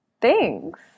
Thanks